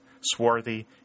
swarthy